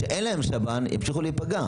שאין להם שב"ן ימשיכו להיפגע.